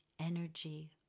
energy